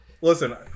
Listen